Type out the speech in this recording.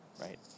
right